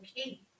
okay